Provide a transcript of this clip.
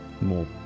more